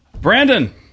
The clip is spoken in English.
brandon